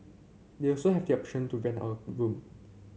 they also have the option to rent out a room